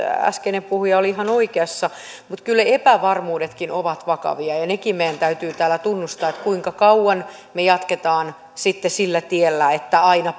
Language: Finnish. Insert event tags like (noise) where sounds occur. (unintelligible) äskeinen puhuja oli ihan oikeassa mutta kyllä epävarmuudetkin ovat vakavia ja ja nekin meidän täytyy täällä tunnustaa ja se kuinka kauan me jatkamme sitten sillä tiellä että aina (unintelligible)